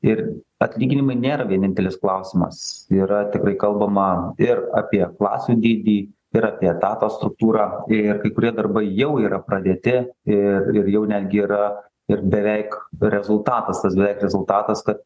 ir atlyginimai nėra vienintelis klausimas yra tikrai kalbama ir apie klasių dydį ir apie etato struktūrą ir kai kurie darbai jau yra pradėti ir ir jau netgi yra ir beveik rezultatas tas beveik rezultatas kad